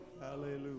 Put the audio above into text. Hallelujah